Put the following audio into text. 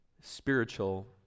spiritual